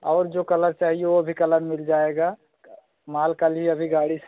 और जो कलर चाहिए वह भी कलर मिल जाएगा माल कल ही अभी गाड़ी से